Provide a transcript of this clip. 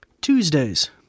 Tuesdays